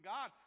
God